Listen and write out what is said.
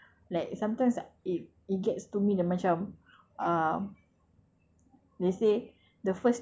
and one other story is like macam like sometimes it it gets to me yang macam ah